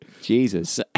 Jesus